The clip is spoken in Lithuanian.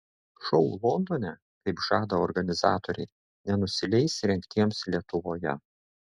šou londone kaip žada organizatoriai nenusileis rengtiems lietuvoje